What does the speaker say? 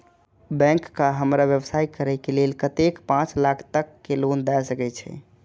Bank का हमरा व्यवसाय करें के लेल कतेक पाँच लाख तक के लोन दाय सके छे?